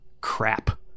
Crap